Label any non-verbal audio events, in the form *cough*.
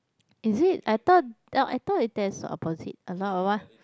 is it I thought *noise* I thought that's opposite a lot